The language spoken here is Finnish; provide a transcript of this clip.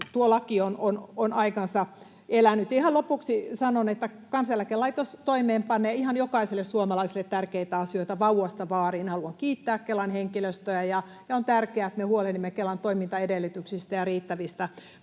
tuo laki on aikansa elänyt. Ihan lopuksi sanon, että Kansaneläkelaitos toimeenpanee ihan jokaiselle suomalaiselle tärkeitä asioita vauvasta vaariin. Haluan kiittää Kelan henkilöstöä, ja on tärkeää, että me huolehdimme Kelan toimintaedellytyksistä ja riittävistä voimavaroista.